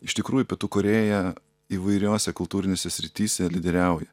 iš tikrųjų pietų korėja įvairiose kultūrinėse srityse lyderiauja